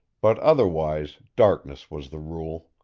but otherwise darkness was the rule.